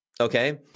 okay